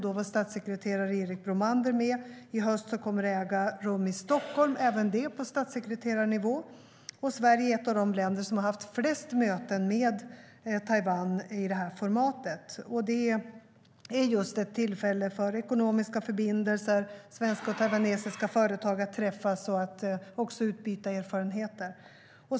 Då var statssekreterare Erik Bromander med. I höst kommer det att äga rum i Stockholm, även då på statssekreterarnivå, och Sverige är ett av de länder som har haft flest möten med Taiwan i det här formatet. Det är just ett tillfälle för ekonomiska förbindelser och för svenska och taiwanesiska företagare att träffas och utbyta erfarenheter.